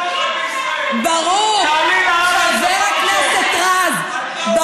חבר הכנסת רז,